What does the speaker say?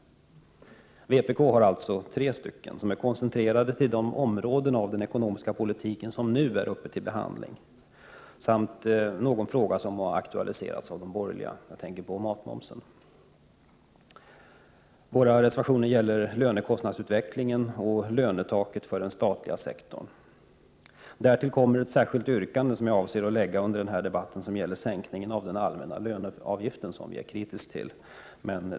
Vpk har alltså tre stycken, som är koncentrerade till de områden av den ekonomiska politiken som nu är uppe till behandling, samt någon fråga som aktualiserats av de borgerliga. Våra reservationer gäller lönekostnadsutvecklingen och lönetaket för den statliga sektorn samt matmomsen. Därtill kommer ett särskilt yrkande som jag avser att lägga fram under denna debatt. Det gäller sänkningen av den allmänna löneavgiften, som vi är kritiska till.